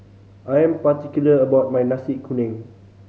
I am particular about my Nasi Kuning